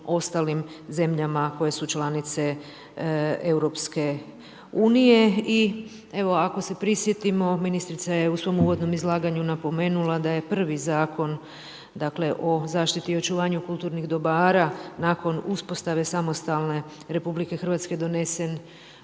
ostalim zemljama koje su članice EU-a. I evo ako se prisjetimo, ministrica je u svom uvodnom izlaganju napomenula da je prvi Zakon o zaštiti i očuvanju kulturnih dobara nakon uspostave samostalne RH donesen